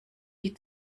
die